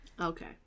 Okay